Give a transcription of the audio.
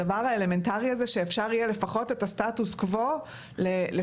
הדבר האלמנטרי הזה שאפשר יהיה לפחות את הסטטוס קוו לשמר,